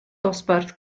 dosbarth